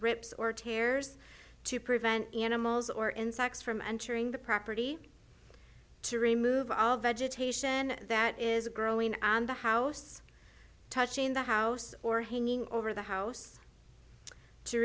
rips or tears to prevent animals or insects from entering the property to remove all vegetation that is growing on the house touching the house or hanging over the house to